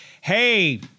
hey